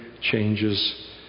changes